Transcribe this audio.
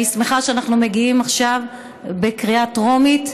אני שמחה שאנחנו מגיעים עכשיו בקריאה טרומית.